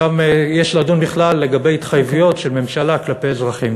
שם יש לדון בכלל על התחייבויות של ממשלה כלפי אזרחים.